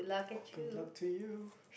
good luck to you